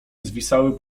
zwisały